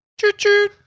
Choo-choo